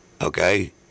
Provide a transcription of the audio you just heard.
Okay